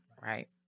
right